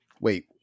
wait